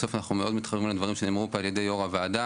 בסוף אנחנו מאוד מתחברים לדברים שנאמרו פה על ידי יו"ר הוועדה.